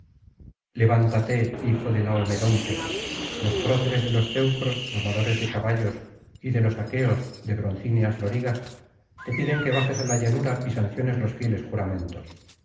levántate hijo de laomedonte los proceres de los teucros domadores de caballos y de los aqueos de broncíneas lorigas te piden que bajes á la llanura y sanciones los fieles juramentos